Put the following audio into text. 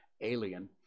alien